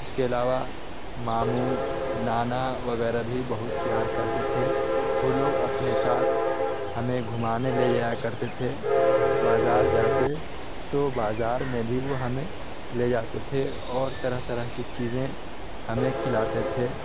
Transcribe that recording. اس کے علاوہ مامو نانا وغیرہ بھی بہت پیار کرتے تھے وہ لوگ اپنے ساتھ ہمیں گھمانے لے جایا کرتے تھے بازار جاتے تو بازار میں بھی وہ ہمیں لے جاتے تھے اور طرح طرح کی چیزیں ہمیں کھلاتے تھے